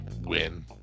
win